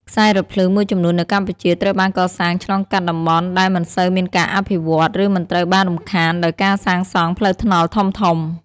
ខ្សែរថភ្លើងមួយចំនួននៅកម្ពុជា ត្រូវបានកសាងឆ្លងកាត់តំបន់ដែលមិនសូវមានការអភិវឌ្ឍ ឬមិនត្រូវបានរំខានដោយការសាងសង់ផ្លូវថ្នល់ធំៗ។